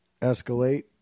escalate